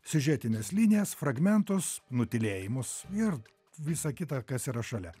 siužetines linijas fragmentus nutylėjimus ir visa kita kas yra šalia